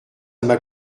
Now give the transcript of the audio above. m’a